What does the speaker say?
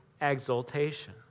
exaltation